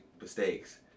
mistakes